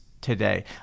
today